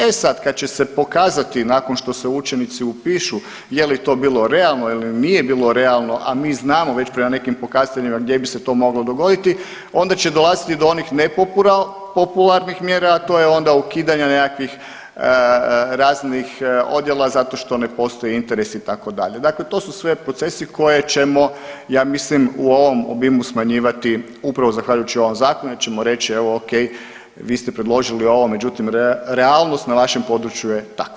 E sad kad će se pokazati nakon što se učenici upišu je li to bilo realno ili nije bilo realno, a mi znamo već prema nekim pokazateljima gdje bi se to moglo dogoditi onda će dolaziti do onih nepopularnih mjera, a to je onda ukidanje nekakvih raznih odjela zato što ne postoje interesi itd. dakle to su sve procesi koje ćemo ja mislim u ovom obimu smanjivati upravo zahvaljujući ovom zakonu jer ćemo reći evo ok vi ste predložili ovo, međutim realnost na vašem području je takva.